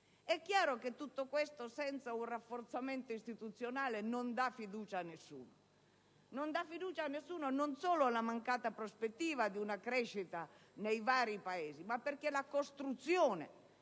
È chiaro che tutto questo, senza un rafforzamento istituzionale, non dà fiducia a nessuno; non dà fiducia a nessuno non solo la mancata prospettiva di una crescita nei vari Paesi, ma il fatto che la costruzione,